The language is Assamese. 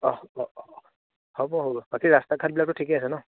হ'ব হ'ব বাকী ৰাস্তা ঘাটবিলাকতো ঠিকেই আছে ন